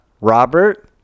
Robert